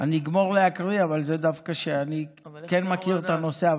אני אגמור להקריא, אבל אני כן מכיר את הנושא.